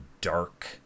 dark